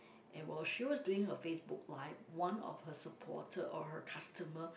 and while she was doing her Facebook live one of her supporter or her customer